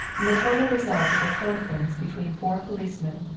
the total result of a conference between four policemen,